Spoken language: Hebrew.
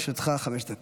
לרשותך חמש דקות.